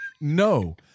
No